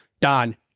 Don